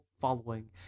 following